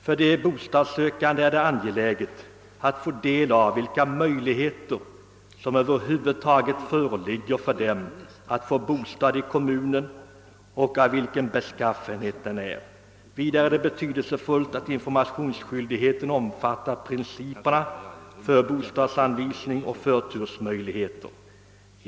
För de bostadssökande är det angeläget att få reda på vilka möjligheter de över huvud taget har att få bostad i kommunen och av vilken beskaffenhet bostaden är. Det är vidare betydelsefullt, att informationsskyldigheten också omfattar principerna för bostadsanvisning och förtursmöjligheter.